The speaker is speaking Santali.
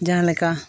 ᱡᱟᱦᱟᱸᱞᱮᱠᱟ